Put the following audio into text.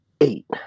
eight